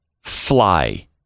fly